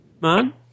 Man